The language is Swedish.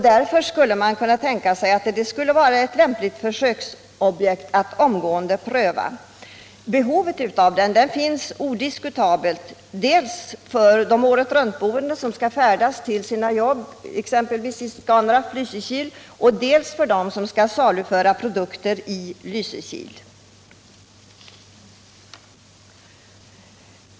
Därför borde detta vara ett lämpligt försöksobjekt att omgående pröva. Behovet av en bro är odiskutabelt; den behövs dels för dem som skall färdas till sina jobb exempelvis vid Scanraff i Lysekil, dels för dem som skall saluföra produkter i Lysekil.